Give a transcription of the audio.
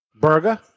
Burger